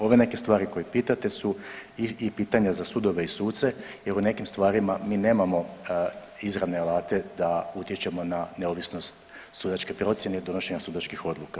Ove neke stvari koje pitate su i pitanje za sudove i suce jer u nekim stvarima mi nemamo izravne alate da utječemo na neovisnost sudačke procjene i donošenje sudačkih odluka.